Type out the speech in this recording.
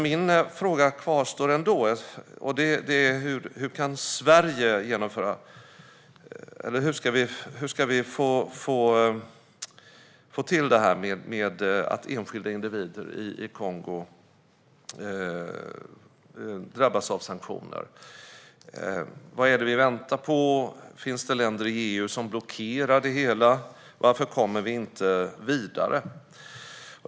Min fråga kvarstår dock: Hur ska vi få till detta med att enskilda individer i Kongo drabbas av sanktioner? Vad är det vi väntar på? Finns det länder i EU som blockerar det hela? Varför kommer vi inte vidare?